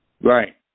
Right